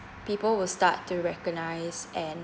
people will start to recognise and